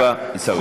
תודה רבה, עיסאווי.